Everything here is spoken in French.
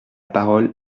parole